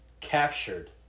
captured